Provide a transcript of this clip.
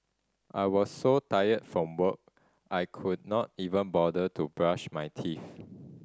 I was so tired from work I could not even bother to brush my teeth